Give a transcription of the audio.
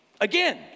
again